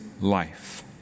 life